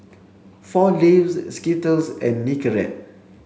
four Leaves Skittles and Nicorette